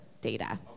data